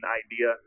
idea